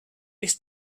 this